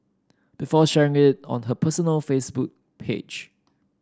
before sharing it on her personal Facebook page